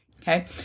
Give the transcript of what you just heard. okay